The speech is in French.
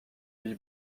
lui